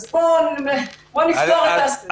אז בואו נפתור את הסוגיה הזאת.